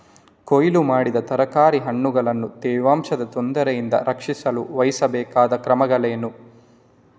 ಕೊಯ್ಲು ಮಾಡಿದ ತರಕಾರಿ ಹಣ್ಣುಗಳನ್ನು ತೇವಾಂಶದ ತೊಂದರೆಯಿಂದ ರಕ್ಷಿಸಲು ವಹಿಸಬೇಕಾದ ಕ್ರಮಗಳೇನು?